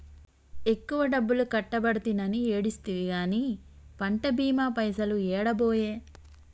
ఎక్కువ డబ్బులు కట్టబడితినని ఏడిస్తివి గాని పంట బీమా పైసలు ఏడబాయే